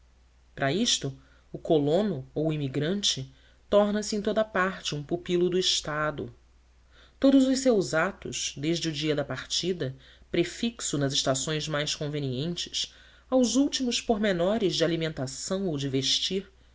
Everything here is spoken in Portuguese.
para isto o colono ou o emigrante torna-se em toda a parte um pupilo do estado todos os seus atos desde o dia da partida prefixo nas estações mais convenientes aos últimos pormenores de alimentação ou de vestir